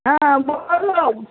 হ্যাঁ বলো